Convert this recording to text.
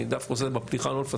אני רוצה בפתיחה לא לפספס